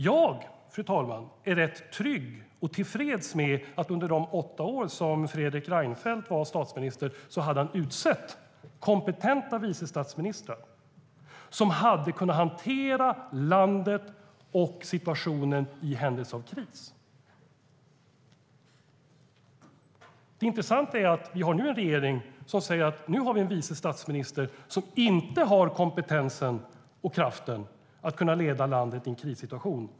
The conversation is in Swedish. Jag, fru talman, är rätt trygg och tillfreds med att under de åtta år som Fredrik Reinfeldt var statsminister utsåg han kompetenta vice statsministrar som hade kunnat hantera landet i händelse av kris. Det intressanta är att vi nu har en regering som säger att det finns en vice statsminister som inte har kompetensen och kraften att leda landet i en krissituation.